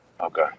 Okay